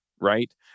right